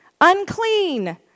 unclean